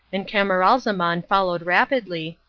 and camaralzaman followed rapidly,